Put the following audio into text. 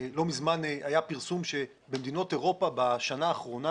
לא מזמן היה פרסום שבמדינות אירופה בשנה האחרונה